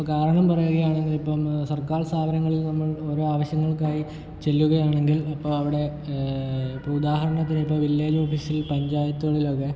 ഇപ്പം കാരണം പറയുകയാണെങ്കിൽ ഇപ്പം സർക്കാർ സ്ഥാപനങ്ങളിൽ നമ്മൾ ഓരോ ആവശ്യങ്ങൾക്കായി ചെല്ലുകയാണെങ്കിൽ ഇപ്പം അവിടെ ഇപ്പം ഉദാഹരണത്തിനിപ്പം വില്ലേജ് ഓഫീസിൽ പഞ്ചായത്തുകളിലൊക്കെ